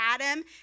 Adam